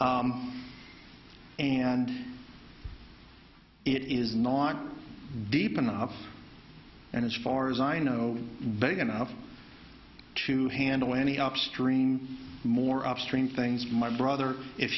and it is not deep enough and as far as i know vague enough to handle any upstream more upstream things my brother if